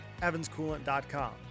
evanscoolant.com